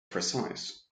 precise